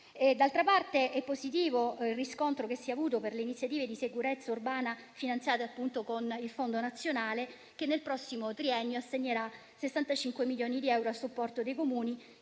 D'altra parte, è positivo il riscontro che si è avuto per le iniziative di sicurezza urbana finanziate con il fondo nazionale, che nel prossimo triennio assegnerà 65 milioni di euro a supporto dei Comuni